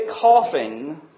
coughing